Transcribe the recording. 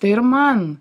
tai ir man